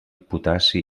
potassi